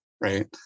Right